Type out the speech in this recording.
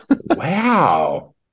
Wow